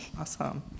Awesome